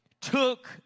took